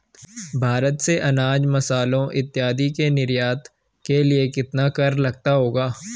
भारत से अनाज, मसालों इत्यादि के निर्यात के लिए कितना कर लगता होगा?